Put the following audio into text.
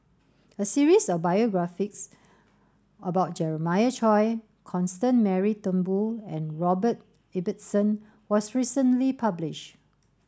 a series of biographies about Jeremiah Choy Constance Mary Turnbull and Robert Ibbetson was recently publish